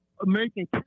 American